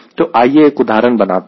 तो आइए एक उदाहरण बनाते हैं